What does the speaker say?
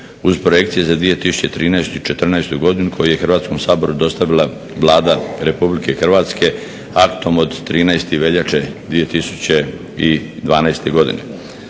uz projekcije za 2013. i 2014. godinu koju je Hrvatskom saboru dostavila Vlade RH aktom od 13. veljače 2012.godine.